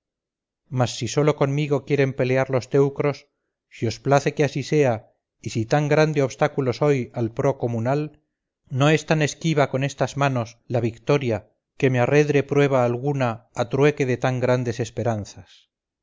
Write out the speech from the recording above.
mas si sólo conmigo quieren pelear los teucros si os place que así sea y si tan grande obstáculo soy al pro comunal no es tan esquiva con estas manos la victoria que me arredre prueba alguna a trueque de tan grandes esperanzas